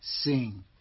Sing